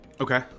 Okay